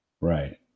Right